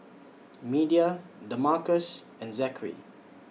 Media Damarcus and Zachery